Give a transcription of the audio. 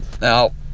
now